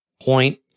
point